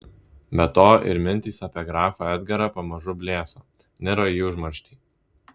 be to ir mintys apie grafą edgarą pamažu blėso niro į užmarštį